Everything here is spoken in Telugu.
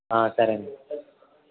సరే అండి